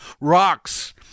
rocks